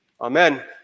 amen